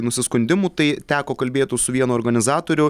nusiskundimų tai teko kalbėtųs su vienu organizatorių